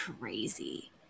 crazy